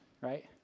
right